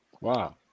Wow